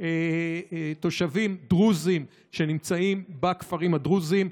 תושבים דרוזים שנמצאים בכפרים הדרוזיים.